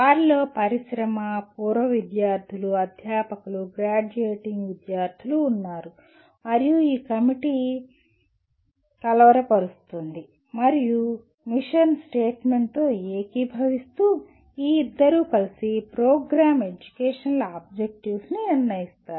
వారిలో పరిశ్రమ పూర్వ విద్యార్థులు అధ్యాపకులు గ్రాడ్యుయేటింగ్ విద్యార్థులు ఉన్నారు మరియు ఈ కమిటీ కలవరపరుస్తుంది మరియు మిషన్ స్టేట్మెంట్ తో ఏకీభవిస్తూ ఈ ఇద్దరూ కలిసి ప్రోగ్రామ్ ఎడ్యుకేషనల్ ఆబ్జెక్టివ్స్ ని నిర్ణయిస్తారు